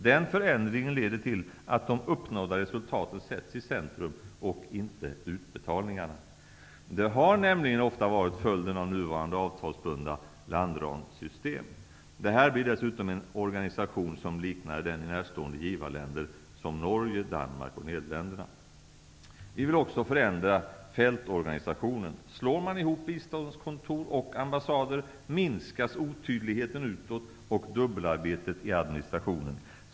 Den förändringen leder till att de uppnådda resultaten sätts i centrum -- inte utbetalningarna. Det har nämligen ofta varit följden av nuvarande avtalsbundna landramssystem. Det här blir dessutom en organisation som liknar den som finns i närstående givarländer som Norge, Danmark och Vi vill också förändra fältorganisationen. Slår man ihop biståndskontor och ambassader, minskas otydligheten utåt, och dubbelarbetet i administrationen minskas också.